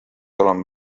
olema